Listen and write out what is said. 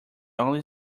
only